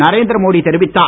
நரேந்திரமோடி தெரிவித்தார்